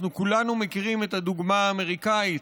אנחנו כולנו מכירים את הדוגמה האמריקנית,